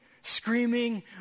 screaming